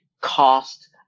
cost